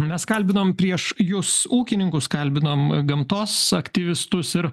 mes kalbinom prieš jus ūkininkus kalbinom gamtos aktyvistus ir